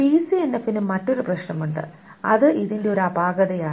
ബിസിഎൻഎഫിന് മറ്റൊരു പ്രശ്നമുണ്ട് അത് ഇതിന്റെ ഒരു അപാകതയാണ്